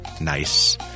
Nice